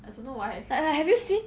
err have you see